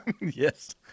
Yes